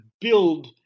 build